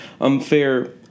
unfair